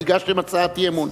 כי הגשתם הצעת אי-אמון.